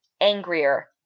Angrier